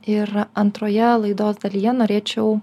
ir antroje laidos dalyje norėčiau